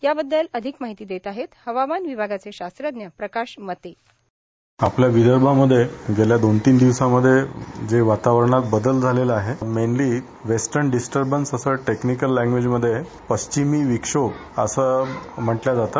याबद्दल अधिक माहिती देत आहे हवामान विभागाचे शास्त्रज्ञ प्रकाश मते बाईट आपल्या विदर्भामध्ये गेल्या दोन तीन दिवसांमध्ये जे वातावरणात बदल झालेला आहे वेस्टर्न डिस्टबन्स असं टेक्निकल लँगवेजमध्ये पश्चिमी विक्षोभ असं म्हटलं जाते